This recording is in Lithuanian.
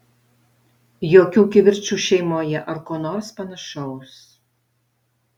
jokių kivirčų šeimoje ar ko nors panašaus